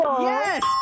Yes